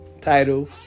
Title